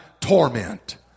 torment